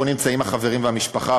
פה נמצאים החברים והמשפחה,